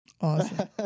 Awesome